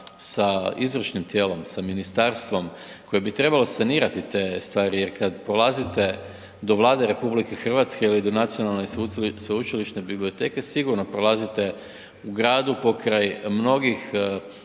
sa izvršnim tijelom, sa ministarstvom koje bi trebalo sanirati te stvari jer kad prolazite do Vlade RH ili do Nacionalne sveučilišne biblioteke sigurno prolazite u gradu pokraj mnogih